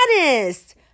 honest